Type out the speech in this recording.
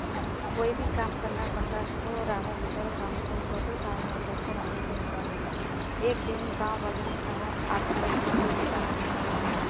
कोई भी काम करना पड़ता तो रामू बोलता था श्यामू तुम कर दो श्यामू बोलता था रामू तुम कर दो एक दिन गाँव वाले ने कहा आप लोग किसी भी काम के नहीं हो